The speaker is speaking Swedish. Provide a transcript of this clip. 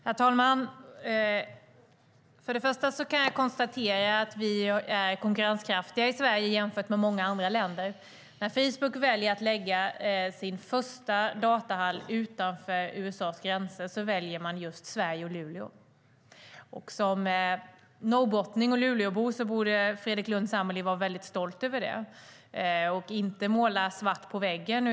Herr talman! Till att börja med kan jag konstatera att vi i Sverige är konkurrenskraftiga jämfört med många andra länder. När Facebook väljer att lägga sin första datahall utanför USA:s gränser väljer man just Sverige och Luleå. Som norrbottning och Luleåbo borde Fredrik Lundh Sammeli vara väldigt stolt över det och inte måla fan på väggen.